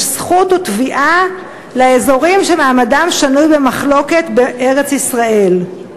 יש זכות ותביעה לאזורים שמעמדם שנוי במחלוקת בארץ-ישראל.